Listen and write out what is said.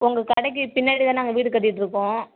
உங்கள் கடைக்கு பின்னாடி தான் நாங்கள் வீடு கட்டிகிட்ருக்கோம்